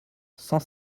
cent